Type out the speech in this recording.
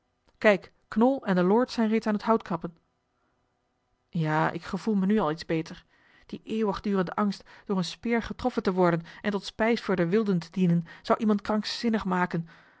kijk knol en de lord zijn reeds aan het hout kappen ja ik gevoel me nu al iets beter die eeuwigdurende angst door eene speer getroffen te worden en tot spijs voor de wilden te dienen zou iemand krankzinnig maken